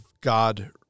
God